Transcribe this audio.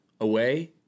away